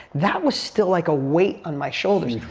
that was still like a weight on my shoulders.